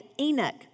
Enoch